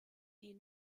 die